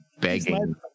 begging